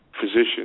physicians